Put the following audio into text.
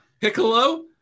Piccolo